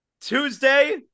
Tuesday